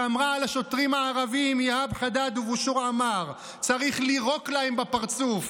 שאמרה לשוטרים הערבים: צריך לירוק לכם בפרצוף,